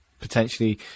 potentially